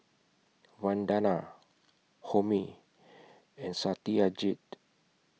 Vandana Homi and Satyajit